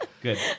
good